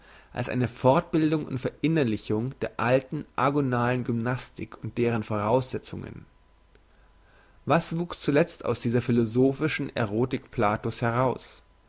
als eine fortbildung und verinnerlichung der alten agonalen gymnastik und deren voraussetzungen was wuchs zuletzt aus dieser philosophischen erotik plato's heraus